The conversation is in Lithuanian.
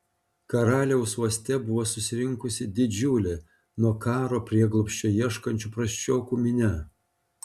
karaliaus uoste buvo susirinkusi didžiulė nuo karo prieglobsčio ieškančių prasčiokų minia